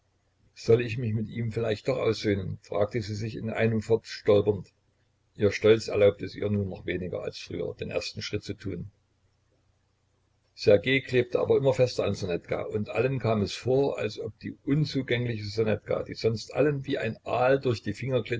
soll ich mich mit ihm vielleicht doch aussöhnen fragte sie sich in einemfort stolpernd ihr stolz erlaubte es ihr nun noch weniger als früher den ersten schritt zu tun ssergej klebte aber immer fester an ssonetka und allen kam es vor als ob die unzugängliche ssonetka die sonst allen wie ein aal durch die finger